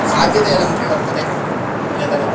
खाद्यतैलमपि वर्तते एतद्